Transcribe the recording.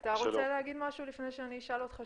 אתה רוצה להגיד משהו לפני שאני אשאל אותך